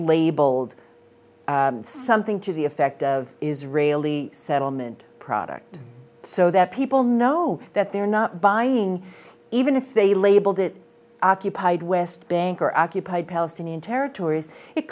labeled something to the effect of israeli settlement product so that people know that they're not buying even if they labeled it occupied west bank or occupied palestinian territories it